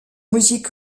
music